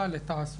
ולדאוג